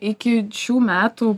iki šių metų